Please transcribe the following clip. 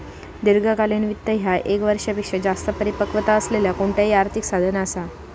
दीर्घकालीन वित्त ह्या ये क वर्षापेक्षो जास्त परिपक्वता असलेला कोणताही आर्थिक साधन असा